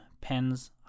pens